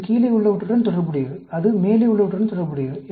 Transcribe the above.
இது கீழே உள்ளவற்றுடன் தொடர்புடையது அது மேலே உள்ளவற்றுடன் தொடர்புடையது